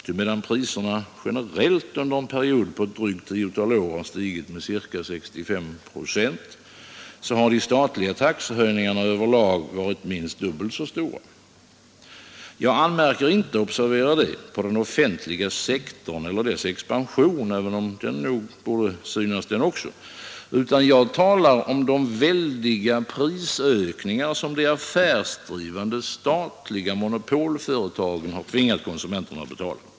Ty medan priserna generellt under en period på ett drygt tiotal år stigit med ca 65 procent så har de statliga taxehöjningarna över lag varit minst dubbelt så stora. Jag anmärker inte, observera det, på den offentliga sektorn eller dess expansion — även om den nog bör synas den också — utan jag talar om de väldiga prisökningarna som de affärsdrivande statliga monopolföretagen har tvingat konsumenterna att betala.